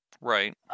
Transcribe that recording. right